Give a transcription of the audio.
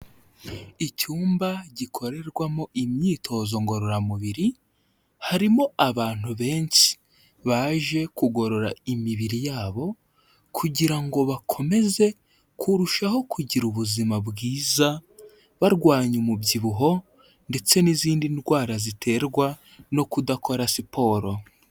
Icyumba gikorerwamo imyitozo ngororamubiri harimo abantu benshi baje kugorora imibiri yabo kugira ngo bakomeze kurushaho kugira ubuzima bwiza barwanya umubyibuho ndetse n'izindi ndwara ziterwa no kudakora siporo.